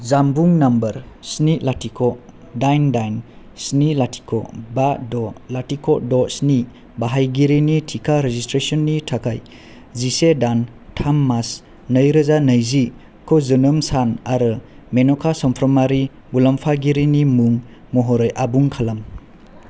जानबुं नाम्बार स्नि लाथिख' दाइन दाइन स्नि लाथिख' बा द' लाथिख' द' स्नि बाहायगिरिनि टिका रेजिसट्रेसननि थाखाय जिसे दान थाम मास नैरोजा नैजि खौ जोनोम सान आरो मेन'खा चमफ्रामारि मुलाम्फागिरिनि मुं महरै आबुं खालाम